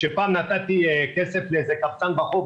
כשפעם נתתי כסף לאיזה קבצן ברחוב,